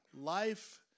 life